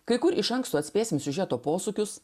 kai kur iš anksto atspėsime siužeto posūkius